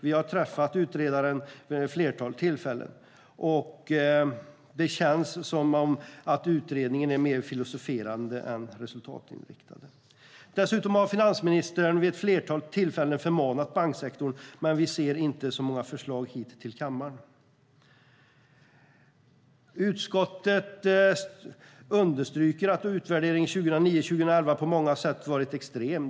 Vi har träffat utredaren vid ett flertal tillfällen, och det känns som att utredningen är mer filosoferande än resultatinriktad. Dessutom har finansministern vid ett flertal tillfällen förmanat banksektorn, men vi ser inte så många förslag till kammaren. Utskottet understryker att utvärderingsperioden 2009-2011 på många sätt har varit extrem.